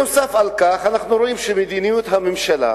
נוסף על כך, אנחנו רואים שמדיניות הממשלה,